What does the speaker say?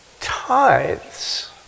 tithes